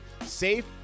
safe